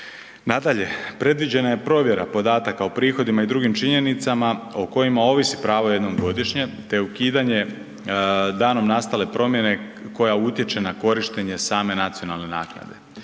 Nadalje, predviđena je provjera podataka o prihodima i drugim činjenicama o kojima ovisi pravo jednom godišnje te ukidanje danom nastale promjene koja utječe na korištenje same nacionalne naknade.